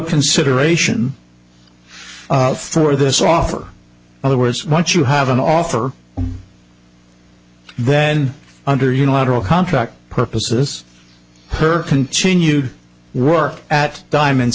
consideration for this offer other words once you have an offer then under unilateral contract purposes per continued work at diamond